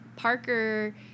Parker